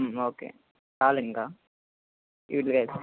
okay చాలు ఇంకా